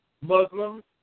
Muslims